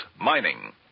mining